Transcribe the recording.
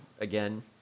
again